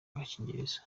agakingirizo